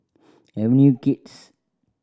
Avenue Kids